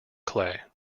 clay